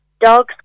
Dogs